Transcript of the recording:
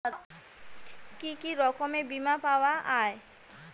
কি কি রকমের বিমা পাওয়া য়ায়?